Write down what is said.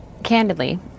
Candidly